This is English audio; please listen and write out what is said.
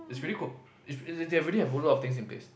it's really cool it's they really have a whole lot of things in place